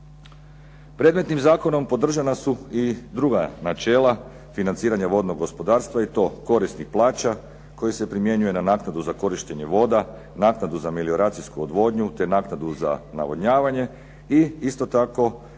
Predmetnim zakonom podržana su i druga načela, financiranje vodnog gospodarstva, i to korisnik plaća koji se primjenjuje na naknadu za korištenje voda, naknadu za melioracijsku odvodnju, te naknadu za navodnjavanje i isto tako